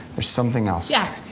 there's something else. yeah.